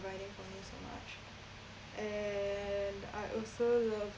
providing for me so much and I also love